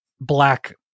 black